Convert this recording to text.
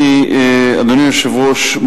אדוני היושב-ראש,